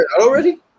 already